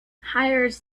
hires